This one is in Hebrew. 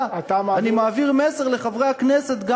אני מעביר לה מסר, לה ולחברת הכנסת שיושבת לידה.